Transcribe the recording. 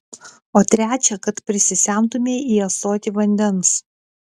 o trečią kad prisisemtumei į ąsotį vandens